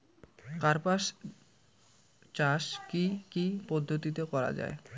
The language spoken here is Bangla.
কার্পাস চাষ কী কী পদ্ধতিতে করা য়ায়?